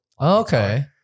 Okay